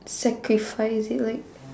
sacrifice it like